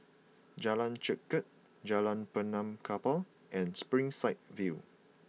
Jalan Chengkek Jalan Benaan Kapal and Springside View